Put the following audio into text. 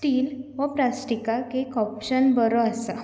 steel हो प्लास्टिकाक एक ऑप्शन बरो आसा